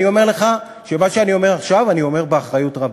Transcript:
אני אומר לך שאת מה שאני אומר עכשיו אני אומר באחריות רבה.